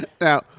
Now